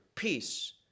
peace